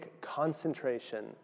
concentration